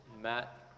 Matt